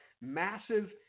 massive